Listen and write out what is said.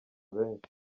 benshi